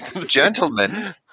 Gentlemen